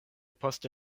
poste